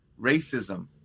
racism